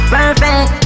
Perfect